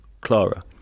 Clara